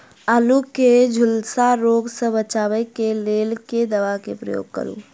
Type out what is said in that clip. आलु केँ झुलसा रोग सऽ बचाब केँ लेल केँ दवा केँ प्रयोग करू?